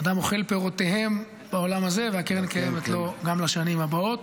אדם אוכל פירותיהם בעולם הזה והקרן קיימת לו גם לשנים הבאות.